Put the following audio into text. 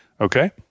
Okay